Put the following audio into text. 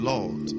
Lord